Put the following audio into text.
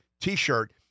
T-shirt